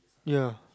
ya